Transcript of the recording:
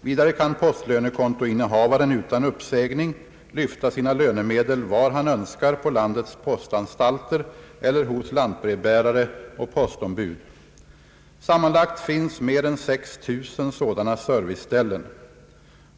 Vidare kan postlönekontoinnehavaren utan uppsägning lyfta sina lönemedel var han önskar på landets postanstalter eller hos lantbrevbärare och postombud. Sammanlagt finns mer än 6000 sådana serviceställen.